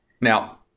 Now